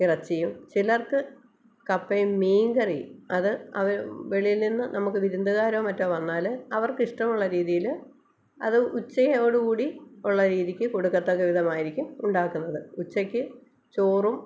ഇറച്ചിയ്യും ചിലർക്ക് കപ്പയും മീൻ കറിയും അത് വെളിയിൽ നിന്ന് നമുക്ക് വിരുന്നുകാരോ മറ്റോ വന്നാല് അവർക്കിഷ്ടമുള്ള രീതിയിൽ അത് ഉച്ചയോടുകൂടി ഉള്ള രീതിയ്ക്ക് കൊടുക്കത്തക്ക വിധമായിരിക്കും ഉണ്ടാക്കുന്നത് ഉച്ചയ്ക്ക് ചോറും